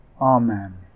Amen